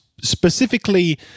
specifically